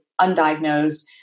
undiagnosed